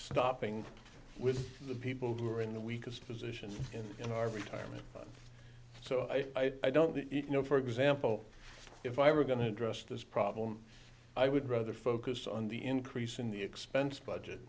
stopping with the people who are in the weakest positions in our retirement so i don't know for example if i were going to address this problem i would rather focus on the increase in the expense budget